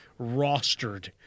rostered